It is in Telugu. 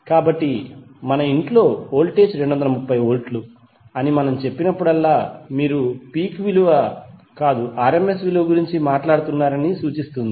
కాబట్టి మన ఇంట్లో వోల్టేజ్ 230 వోల్ట్లు అని మనము చెప్పినప్పుడల్లా మీరు పీక్ విలువ కాదు rms విలువ గురించి మాట్లాడుతున్నారని సూచిస్తుంది